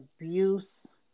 abuse